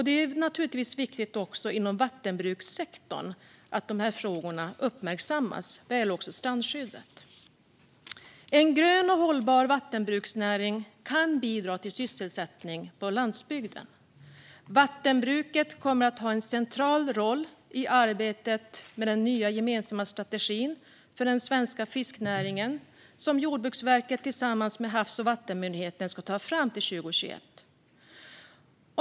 Det är naturligtvis viktigt också inom vattenbrukssektorn att de frågorna uppmärksammas också vad gäller strandskyddet. En grön och hållbar vattenbruksnäring kan bidra till sysselsättning på landsbygden. Vattenbruket kommer att ha en central roll i arbetet med den nya gemensamma strategin för den svenska fiskenäringen som Jordbruksverket tillsammans med Havs och vattenmyndigheten ska ta fram till 2021.